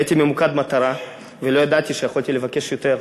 הייתי ממוקד מטרה, ולא ידעתי שיכולתי לבקש יותר.